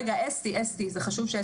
זה חשוב שאסתי תדבר.